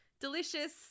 Delicious